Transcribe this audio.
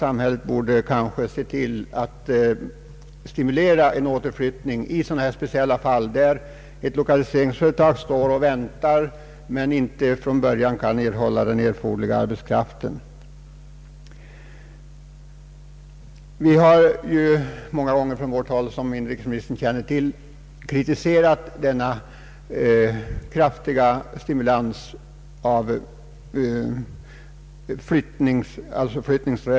Samhället borde i sådana här speciella fall kunna träda in och stimulera en återflyttning, om ett lokaliseringsföretag står och väntar på arbetskraft men inte genast kan erhålla erforderlig sådan. Vi har många gånger från vårt håll — som inrikesministern känner till — kritiserat den ensidiga flyttningspolitiken.